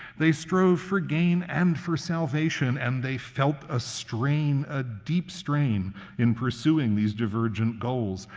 they strove for gain and for salvation, and they felt a strain, a deep strain in pursuing these divergent goals,